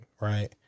right